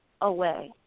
away